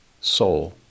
soul